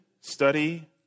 study